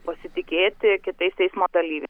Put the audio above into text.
pasitikėti kitais eismo dalyviais